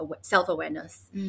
self-awareness